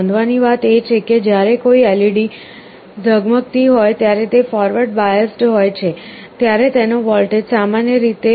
નોંધવાની વાત એ છે કે જ્યારે કોઈ LED ઝગમગતી હોય ત્યારે તે ફોરવર્ડ બાયસ્ડ હોય છે ત્યારે તેનો વોલ્ટેજ સામાન્ય રીતે 1